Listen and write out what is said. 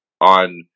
on